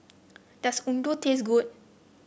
does Udon taste good